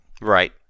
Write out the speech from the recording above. Right